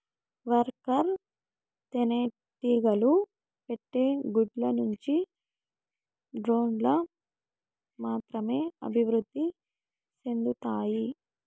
worker తేనెటీగలు పెట్టే గుడ్ల నుండి డ్రోన్లు మాత్రమే అభివృద్ధి సెందుతాయి